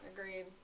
Agreed